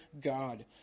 God